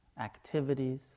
activities